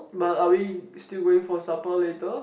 but are we still going for supper later